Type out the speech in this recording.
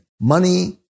Money